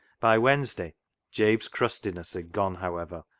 by wednesday jabe's crustiness had gone, however,